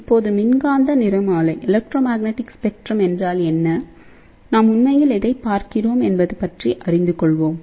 இப்போது மின்காந்த நிறமாலை என்றால் என்னநாம் உண்மையில் எதைப் பார்க்கிறோம் என்பது பற்றி அறிந்து கொள்வோம்